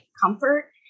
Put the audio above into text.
comfort